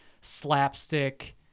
slapstick –